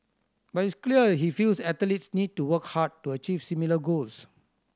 but it's clear he feels athletes need to work hard to achieve similar goals